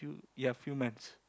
ya few months